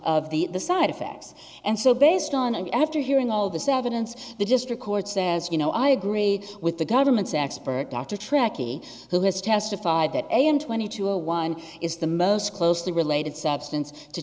of the side effects and so based on and after hearing all this evidence they just record says you know i agree with the government's expert dr trekkie who has testified that i am twenty two a one is the most closely related substance to